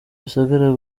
rusagara